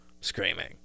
screaming